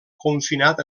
confinat